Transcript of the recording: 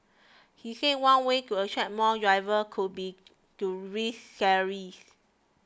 he said one way to attract more drivers could be to raise salaries